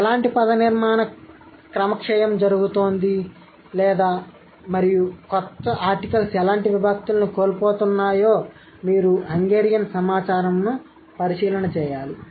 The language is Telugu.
ఎలాంటి పదనిర్మాణ క్రమక్షయం జరుగుతోంది లేదా మరియు కొత్త ఆర్టికల్స్ ఎలాంటి విభక్తిలను కోల్పోతున్నాయో మీరు హంగేరియన్ సమాచారంను పరిశీలన చేయాలి